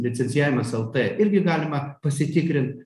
licencijavimas lt irgi galima pasitikrint